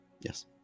Yes